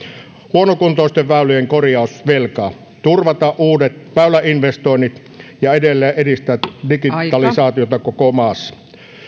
huonokuntoisten väylien korjausvelkaa turvata uudet väyläinvestoinnit ja edelleen edistää digitalisaatiota koko maassa